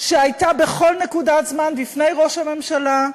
שהייתה בכל נקודת זמן בפני ראש הממשלה,